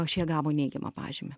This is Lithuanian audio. šie gavo neigiamą pažymį